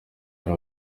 hari